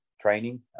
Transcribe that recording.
training